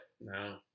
No